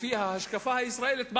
לפי ההשקפה הישראלית,